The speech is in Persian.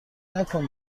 نکن